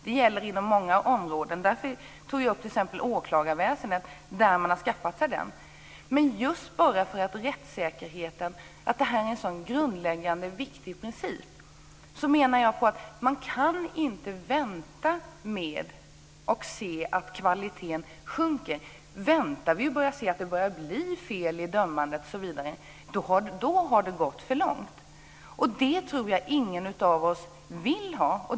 Det gäller inom många områden. Därför tog jag upp t.ex. åklagarväsendet som har skaffat sig den kompetensen. Men just för att rättssäkerheten är en så grundläggande och viktig princip menar jag att man inte kan vänta och se att kvaliteten sjunker. Väntar vi och börjar se att det blir fel i dömandet osv. har det gått för långt. Så tror jag att ingen av oss vill ha det.